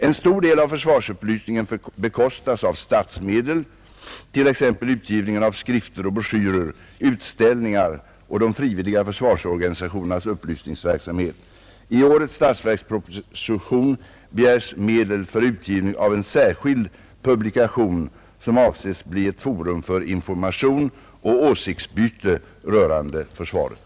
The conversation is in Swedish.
En stor del av försvarsupplysningen bekostas av statsmedel, t.ex. utgivningen av skrifter och broschyrer, utställningar och de frivilliga försvarsorganisationernas upplysningsverksamhet. I årets statsverksproposition begärs medel för utgivning av en särskild publikation som avses bli ett forum för information och åsiktsutbyte rörande försvaret.